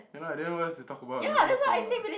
ya lah then what else to talk about nothing else to talk what